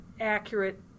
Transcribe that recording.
accurate